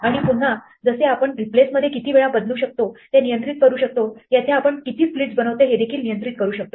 आणि पुन्हा जसे आपण रिप्लेस मध्ये किती वेळा बदलू शकतो ते नियंत्रित करू शकतो येथे आपण किती स्प्लिट्स बनवतो हे देखील नियंत्रित करू शकतो